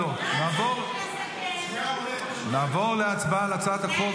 נעבור להצבעה על הצעת חוק